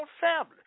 family